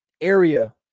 area